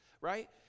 right